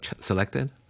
selected